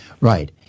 Right